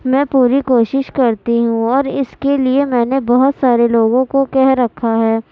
میں پوری کوشش کرتی ہوں اور اس کے لیے میں نے بہت سارے لوگوں کو کہہ رکھا ہے